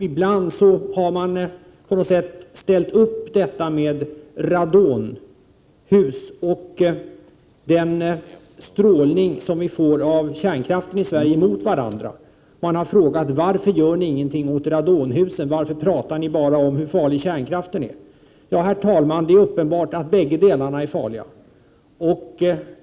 Ibland har man på något sätt ställt upp detta med radonhus och den strålning som vi i Sverige får från kärnkraften mot vartannat. Man har frågat: Varför gör ni ingenting åt radonhusen, varför pratar ni bara om hur farlig kärnkraften är? Ja, herr talman, det är uppenbart att bäggedera är farliga.